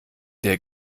der